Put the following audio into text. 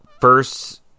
first